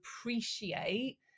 appreciate